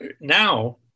now